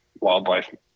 wildlife